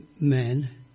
men